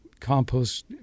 compost